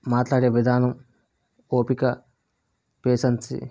మాట్లాడే విధానం ఓపిక పేషెన్సి